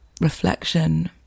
reflection